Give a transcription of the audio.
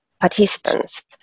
participants